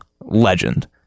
legend